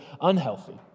unhealthy